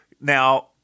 Now